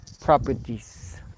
properties